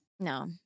no